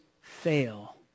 fail